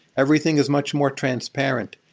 everything is much more transparent.